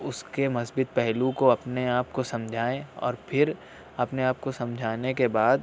اس کے مثبت پہلو کو اپنے آپ کو سمجھائیں اور پھر اپنے آپ کو سمجھانے کے بعد